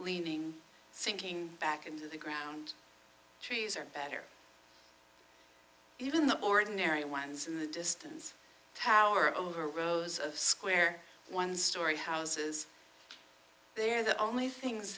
leaning sinking back into the ground trees are better even the ordinary ones in the distance power over rows of square one story houses they're the only things